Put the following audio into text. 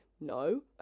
No